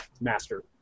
master